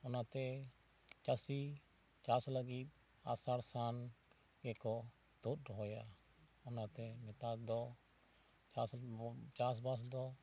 ᱚᱱᱟ ᱛᱮ ᱪᱟᱹᱥᱤ ᱪᱟᱥ ᱞᱟᱹᱜᱤᱫ ᱟᱥᱟᱲ ᱥᱟᱱ ᱜᱮᱠᱚ ᱛᱩᱫ ᱫᱚᱦᱚᱭᱟ ᱚᱱᱟᱛᱮ ᱱᱮᱛᱟᱨ ᱫᱚ ᱪᱟᱥ ᱵᱟᱥ ᱫᱚ